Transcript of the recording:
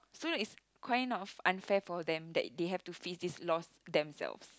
so its quite not unfair for them that they have to fixed this lost themselves